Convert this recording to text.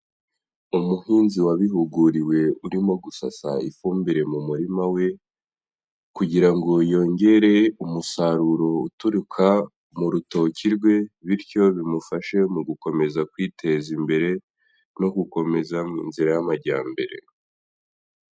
Umuhinzi wabihuguriwe urimo gusasa ifumbire mu murima we kugira ngo yongere umusaruro uturuka mu rutoki rwe, bityo bimufashe mu gukomeza kwiteza imbere no gukomeza mu nzira y'amajyambere.